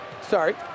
Sorry